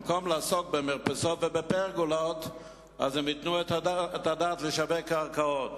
במקום לעסוק במרפסות ובפרגולות הם ייתנו את הדעת על שיווק קרקעות